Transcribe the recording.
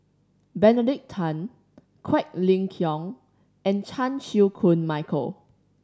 Benedict Tan Quek Ling Kiong and Chan Chew Koon Michael